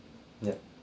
yup